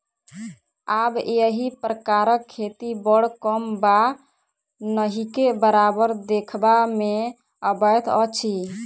आब एहि प्रकारक खेती बड़ कम वा नहिके बराबर देखबा मे अबैत अछि